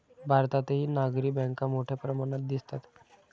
भारतातही नागरी बँका मोठ्या प्रमाणात दिसतात